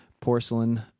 porcelain